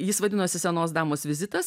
jis vadinosi senos damos vizitas